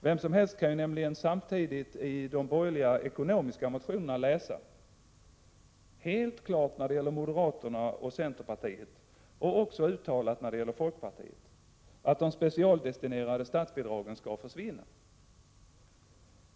Vem som helst kan nämligen samtidigt i de borgerliga ekonomiska motionerna läsa — helt klart när det gäller moderaterna och centerpartiet och också uttalat när det gäller folkpartiet — att de specialdestinerade statsbidragen skall försvinna.